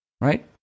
right